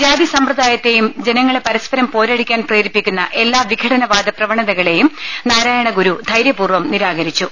ജാതിസമ്പ്രദായത്തെയും ജനങ്ങളെ പരസ്പരം പോര ടിക്കാൻ പ്രേരിപ്പിക്കുന്ന എല്ലാ വിഘടനവാദ പ്രവണതകളെയും നാരായണ ഗുരു ധൈര്യപൂർവം നിരാകരിച്ചു